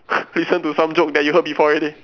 listen to some joke that you heard before already